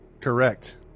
Correct